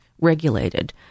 regulated